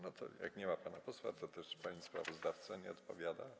No to jak nie ma pana posła, to też pani sprawozdawca nie odpowiada.